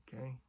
okay